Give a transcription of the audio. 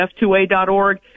F2A.org